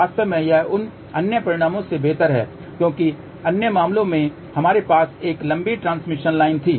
वास्तव में यह उस अन्य परिणामों से बेहतर है क्योंकि अन्य मामलों में हमारे पास एक लंबी ट्रांसमिशन लाइन थी